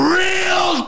real